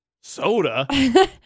soda